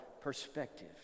perspective